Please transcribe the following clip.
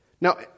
Now